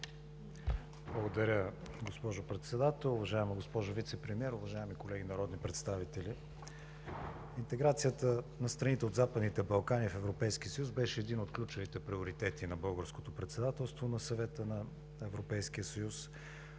Благодаря, госпожо Председател. Уважаема госпожо Вицепремиер, уважаеми колеги народни представители! Интеграцията на страните от Западните Балкани в Европейския съюз беше един от ключовите приоритети на Българското председателство на Съвета на Европейския съюз.